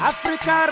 Africa